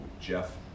Jeff